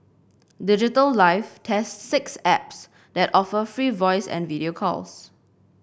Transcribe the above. Digital Life tests six apps that offer free voice and video calls